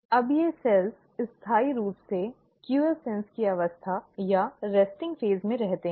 अब ये कोशिकाएँ स्थायी रूप से क्वाइएसन्ट की अवस्था या विश्रांति प्रावस्था में रहती हैं